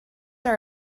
are